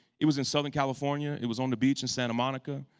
it was in southern california, it was on the beach in santa monica,